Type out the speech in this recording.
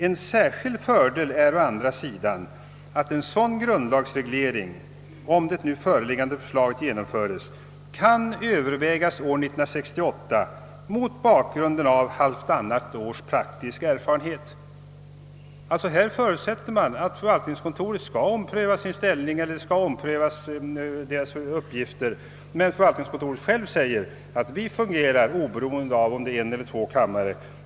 En särskild fördel är å andra sidan att en sådan grundlagsreglering, om det nu föreliggande förslaget genomföres, kan övervägas år 1968 mot bakgrunden av halvtannat års praktisk erfarenhet.» Här förutsätter man alltså att förvaltningskontorets uppgifter skall omprövas, men förvaltningskontoret säger självt, att det fungerar oberoende av om det är en eller två kammare.